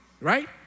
right